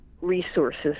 resources